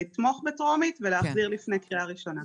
לתמוך בטרומית ולהחזיר לפני קריאה ראשונה.